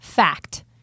Fact